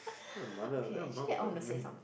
her mother then your mum like really